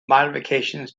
modifications